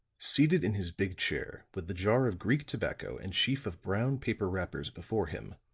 seated in his big chair with the jar of greek tobacco and sheaf of brown paper wrappers before him,